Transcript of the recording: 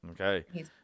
Okay